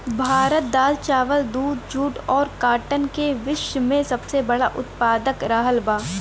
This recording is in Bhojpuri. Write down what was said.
भारत दाल चावल दूध जूट और काटन का विश्व में सबसे बड़ा उतपादक रहल बा